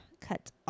cut